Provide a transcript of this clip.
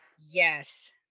Yes